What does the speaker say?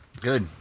Good